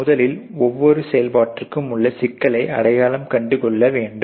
முதலில் ஒவ்வொரு செயல்பாட்டிற்கும் உள்ள சிக்கல்களை அடையாளம் கண்டுகொள்ள வேண்டும்